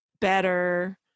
better